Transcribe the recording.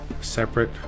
separate